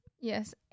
Yes